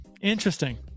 Interesting